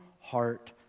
heart